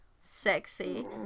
Sexy